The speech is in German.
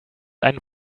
einen